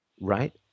Right